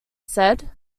said